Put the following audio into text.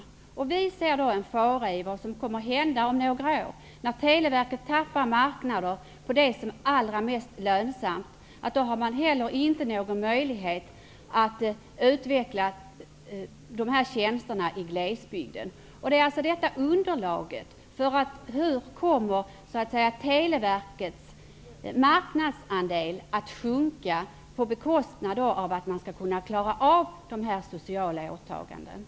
Vi ser därför en fara här med tanke på vad som kommer att hända om några år, när Televerket tappar marknader som är allra lönsammast. Då har man heller inte möjlighet att utveckla de här tjänsterna i glesbygden. Hur blir det med minskningen av Televerkets marknadsandelar? Man skall ju kunna klara av de sociala åtagandena.